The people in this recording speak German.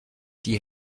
die